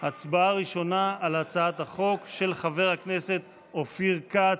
ההצבעה הראשונה היא על הצעת החוק של חבר הכנסת אופיר כץ.